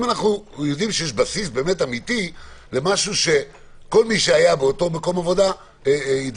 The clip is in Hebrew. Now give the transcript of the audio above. אם אנחנו יודעים שיש בסיס אמיתי לכל מי שהיה באותו מקום עבודה להידבק,